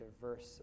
diverse